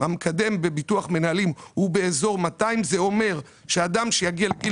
המקדם בביטוח מנהלים הוא באזור 200. זה אומר שאדם שיגיע לגיל